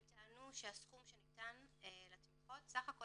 הם טענו שהסכום שניתן לתמיכות סך כל